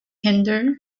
hinder